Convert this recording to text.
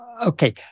Okay